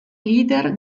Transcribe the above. leader